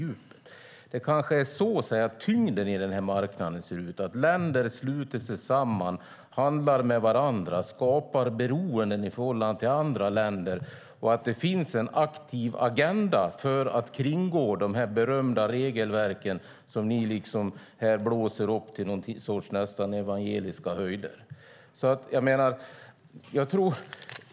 Det kanske är så tyngden i den här marknaden ser ut, att länder sluter sig samman, handlar med varandra, skapar beroenden i förhållande till andra länder och att det finns en aktiv agenda för att kringgå de här berömda regelverken som ni blåser upp till nästan evangeliska höjder.